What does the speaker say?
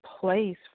place